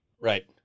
Right